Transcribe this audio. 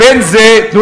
אתה אמרת משהו אחר.